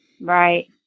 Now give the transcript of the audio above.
Right